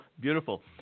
beautiful